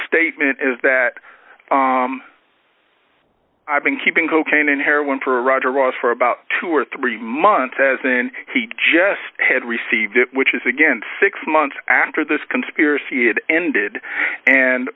statement is that i've been keeping cocaine and heroin for roger ross for about two or three months as in he just had received it which is again six months after this conspiracy had ended and